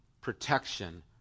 protection